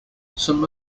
some